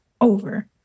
over